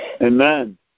Amen